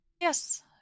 Yes